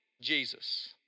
Jesus